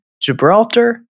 Gibraltar